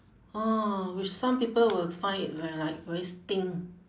orh which some people will find it like like very stink